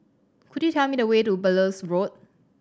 could you tell me the way to Belilios Road